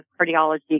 cardiology